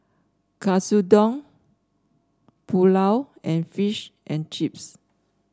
Katsudon Pulao and Fish and Chips